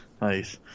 Nice